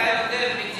ואתה יודע בדיוק,